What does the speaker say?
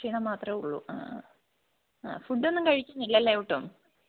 ക്ഷീണം മാത്രമേ ഉള്ളൂ ആ ഫുഡ് ഒന്നും കഴിക്കുന്നില്ലല്ലേ ഒട്ടും